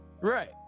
right